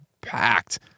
packed